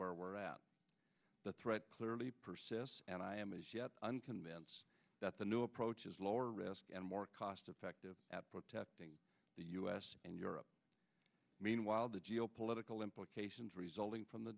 where we're at the threat clearly and i am as yet unconvinced that the new approach is lower risk and more cost effective at protecting the u s and europe meanwhile the geo political implications resulting from the